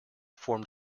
formed